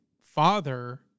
father